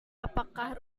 apakah